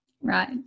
right